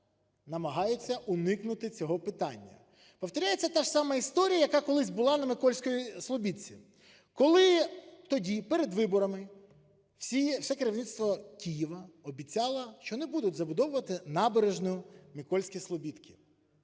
намагаються уникнути цього питання. Повторюється та ж сама історія, яка колись була на Микільській Слобідці. Коли тоді, перед виборами, все керівництво Києва обіцяло, що не будуть забудовувати набережну Микільської Слобідки.